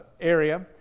area